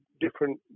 different